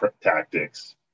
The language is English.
tactics